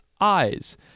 eyes